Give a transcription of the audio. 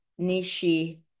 nishi